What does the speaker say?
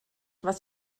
was